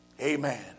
Amen